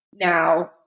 now